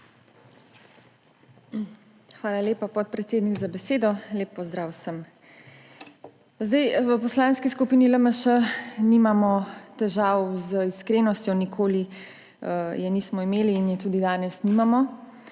Hvala lepa, podpredsednik, za besedo. Lep pozdrav vsem! V Poslanski skupini LMŠ nimamo težav z iskrenostjo, nikoli jih nismo imeli in jih tudi danes nimamo.